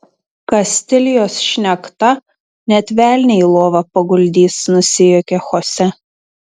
kastilijos šnekta net velnią į lovą paguldys nusijuokė chose